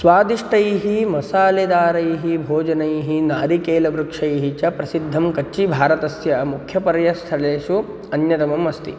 स्वादिष्टैः मसालेदारैः भोजनैः नारिकेलवृक्षैः च प्रसिद्धं कच्चि भारतस्य मुख्यपर्यटनस्थलेषु अन्यतमम् अस्ति